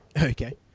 Okay